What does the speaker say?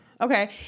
okay